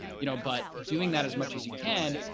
you know, but doing that as much as you can,